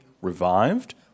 revived